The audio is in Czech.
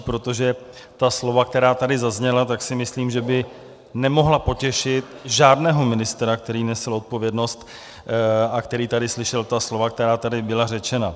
Protože ta slova, která tady zazněla, by myslím nemohla potěšit žádného ministra, který nese odpovědnost a který tady slyšel ta slova, která tady byla řečena.